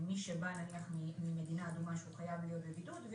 מי שבא ממדינה אדומה חייב להיות בבידוד.